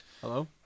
Hello